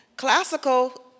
Classical